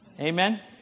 Amen